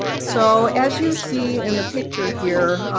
so as you see in the picture here,